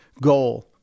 goal